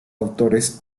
autores